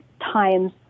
times